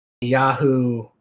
Yahoo